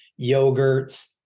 yogurts